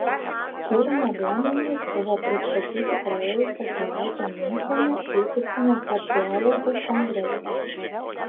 tyrimo duomenys buvo pristatyti praėjusią savaitę miunchene vykusiame kardiologų kongrese